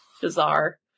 bizarre